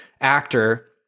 actor